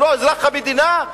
הוא לא אזרח המדינה?